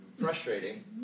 frustrating